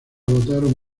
votaron